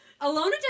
Alona